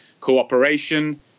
cooperation